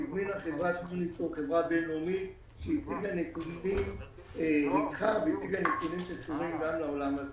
היא הזמינה חברה בין-לאומית שניתחה והציגה נתונים שקשורים גם לעולם הזה.